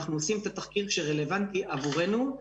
אנחנו עושים את התחקיר שרלוונטי עבורנו,